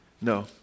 No